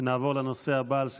נעבור לנושא הבא על סדר-היום,